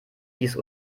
dies